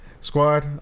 Squad